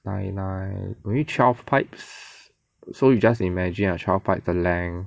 nine nine maybe twelve pipes so you just imagine lah twelve pipes length